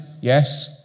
Yes